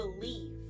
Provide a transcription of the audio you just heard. believe